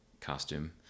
costume